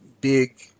big